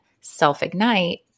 self-ignite